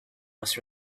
was